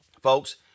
folks